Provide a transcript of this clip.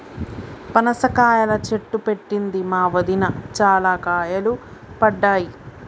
పనస కాయల చెట్టు పెట్టింది మా వదిన, చాల కాయలు పడ్డాయి